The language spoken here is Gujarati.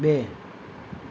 બે